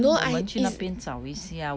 no I is